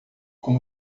como